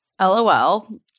LOL